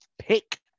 pick